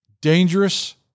dangerous